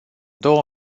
două